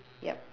yup